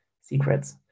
secrets